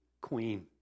queen